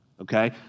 okay